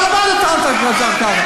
אתה לבד טענת שנחצה קו.